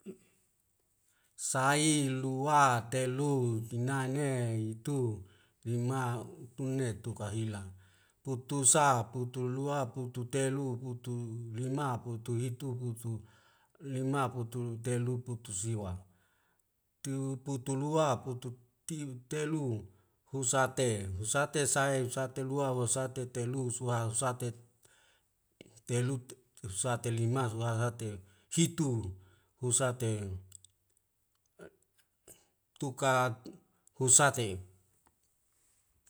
Sai lua te lu tinai ne i tu lima tune tu ka hila tutu sa tutu lua tutu telu putu lima putu hitu putu lima putu telu putu siwa tu putu lua putu tiu telu husate husate sain husate lua husate telu sua husa tet telu husat telima husa vitu husate. tuka husate